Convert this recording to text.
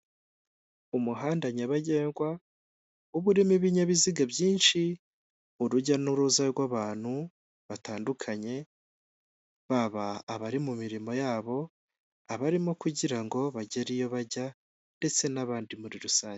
Umuhanda nyabagendwa uba urimo ibinyabiziga byinshi urujya n'uruza rw'abantu batandukanye baba abari mu mirimo yabo, abarimo kugira ngo bagere iyo bajya ndetse n'abandi muri rusange.